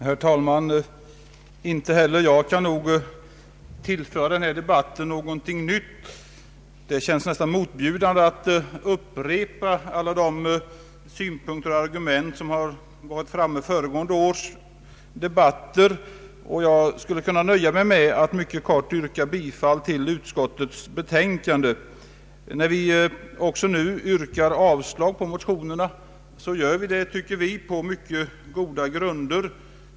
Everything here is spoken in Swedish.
Herr talman! Inte heller jag torde kunna tillföra den här debatten någonting nytt. Det känns nästan motbjudande att upprepa alla synpunkter och argument som förts fram vid föregående års debatter, och jag skulle kunna nöja mig med att kort och gott yrka bifall till utskottets betänkande. När vi inom majoriteten yrkar avslag på motionerna gör vi det, tycker vi, på mycket goda grunder.